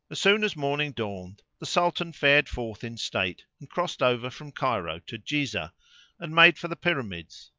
as soon as morning dawned the sultan fared forth in state and crossed over from cairo to jizah and made for the pyramids,